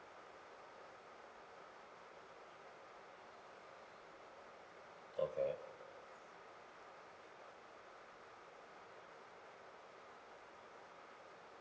okay